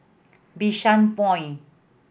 Bishan Point